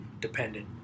dependent